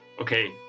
okay